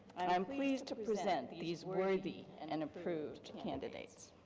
i'm pleased to present these worthy and and approved candidates.